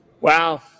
Wow